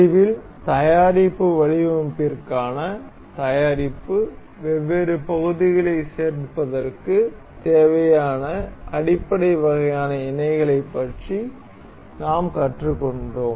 முடிவில் தயாரிப்பு வடிவமைப்பிற்கான தயாரிப்புக்கு வெவ்வேறு பகுதிகளைச் சேர்ப்பதற்குத் தேவையான அடிப்படை வகையான இணைகளைப் பற்றி நாம் கற்றுக்கொண்டோம்